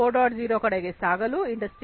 0 ಕಡೆಗೆ ಸಾಗಲು ಇಂಡಸ್ಟ್ರಿ4